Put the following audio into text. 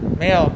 没有